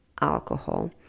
alcohol